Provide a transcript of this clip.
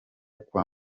kwa